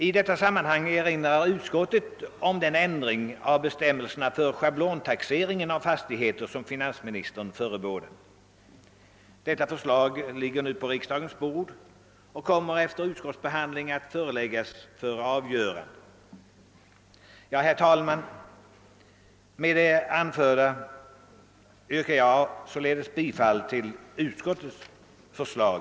I detta sammanhang erinrar utskottet om den ändring av bestämmelserna för schablontaxeringen av fastigheter som finansministern förebådat. Förslag därom ligger nu på riksdagens bord och kommer efter utskottsbehandling att föreläggas kamrarna för avgörande. Herr talman! Med det anförda yrkar jag bifall till utskottets hemställan.